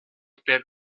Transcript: per